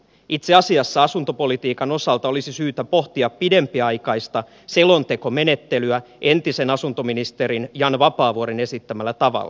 itse asiassa asuntopolitiikan osalta olisi syytä pohtia pidempiaikaista selontekomenettelyä entisen asuntoministerin jan vapaa vuoren esittämällä tavalla